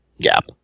gap